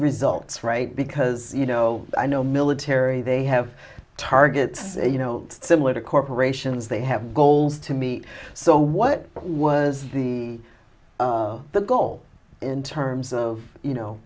results right because you know i know military they have targets you know similar to corporations they have goals to meet so what was the the goal in terms of you know